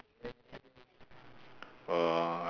uh